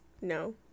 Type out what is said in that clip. No